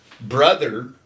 brother